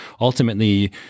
Ultimately